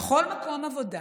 בכל מקום עבודה